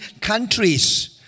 countries